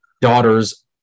daughters